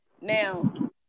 Now